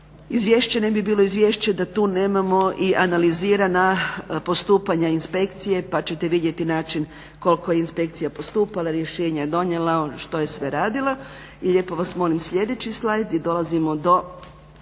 Izvješće ne bi bilo izvješće da tu nemamo i analizirana postupanja inspekcije pa će vidjeti način koliko je inspekcija postupala, rješenje donijela, ono što je sve radila. I lijepo vas molim sljedeći slajd i dolazimo do